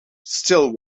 still